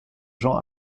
jean